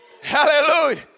Hallelujah